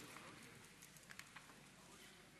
אדוני היושב-ראש, נורית,